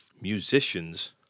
musicians